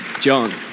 John